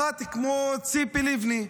אחת כמו ציפי לבני,